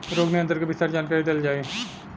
रोग नियंत्रण के विस्तार जानकरी देल जाई?